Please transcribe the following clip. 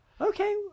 Okay